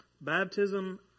Baptism